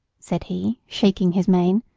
said he, shaking his mane,